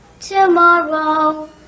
tomorrow